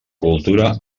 cultura